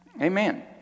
Amen